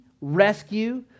rescue